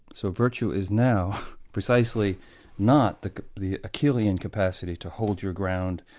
so virtue is now precisely not the the achillean capacity to hold your ground,